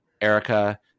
Erica